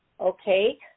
okay